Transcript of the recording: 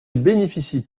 bénéficient